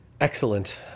Excellent